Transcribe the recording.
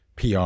PR